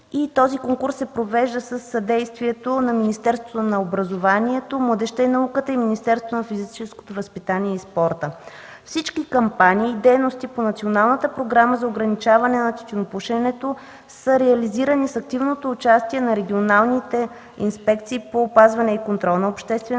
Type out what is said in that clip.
Този конкурс се провежда със съдействието на Министерството на образованието, младежта и науката и Министерството на физическото възпитание и спорта. Всички кампании и дейности по Националната програма за ограничаване на тютюнопушенето са реализирани с активното участие на регионалните инспекции по опазване и контрол на общественото